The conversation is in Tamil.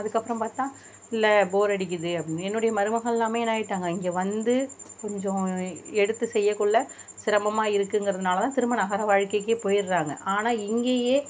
அதுக்கு அப்புறம் பார்த்தா இல்லை போர் அடிக்குது அப்படின்னு என்னுடைய மருமகள்யெல்லாமே என்ன ஆகிட்டாங்க இங்கே வந்து கொஞ்சம் எடுத்து செய்ய கொள்ள சிரமமாக இருக்குங்கிறதுனாலதான் திரும்ப நகர வாழ்க்கைக்கே போய்விட்றாங்க ஆனால் இங்கேயே